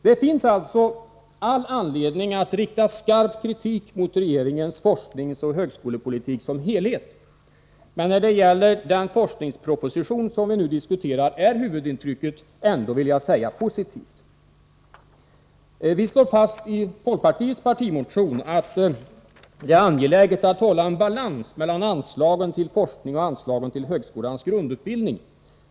Det finns alltså all anledning att rikta skarp kritik mot regeringens forskningsoch högskolepolitik som helhet. Men när det gäller den forskningsproposition som vi nu diskuterar är huvudintrycket ändå, vill jag säga, positivt. I folkpartiets partimotion om forskning slår vi fast att det är angeläget att hålla en balans mellan anslagen till forskning och anslagen till högskolans grundutbildning.